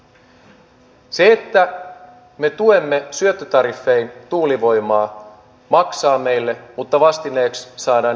se että me tuemme syöttötariffein tuulivoimaa maksaa meille mutta vastineeksi saadaan edullisempaa sähköä